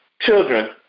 children